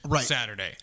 Saturday